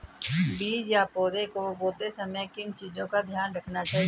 बीज या पौधे को बोते समय किन चीज़ों का ध्यान रखना चाहिए?